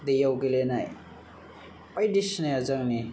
दैयाव गेलेनाय बायदिसिना जोंनि